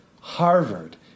Harvard